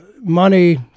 money